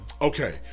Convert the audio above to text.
Okay